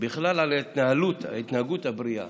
בכלל על ההתנהגות הבריאה.